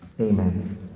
Amen